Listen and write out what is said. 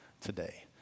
today